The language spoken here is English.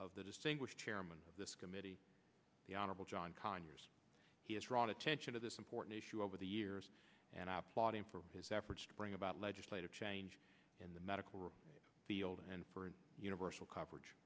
of the distinguished chairman of this committee the honorable john conyers he is wrong attention to this important issue over the years and i applaud him for his efforts to bring about legislative change in the medical field and for universal coverage